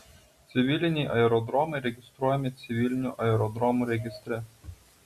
civiliniai aerodromai registruojami civilinių aerodromų registre